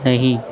नहीं